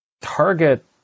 Target